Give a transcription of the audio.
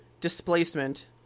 Displacement